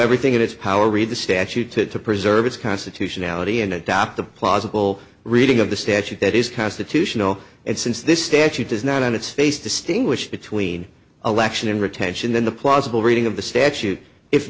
everything in its power read the statute to preserve its constitutionality and adopt a plausible reading of the statute that is constitutional and since this statute does not on its face distinguish between election and retention then the plausible reading of the statute if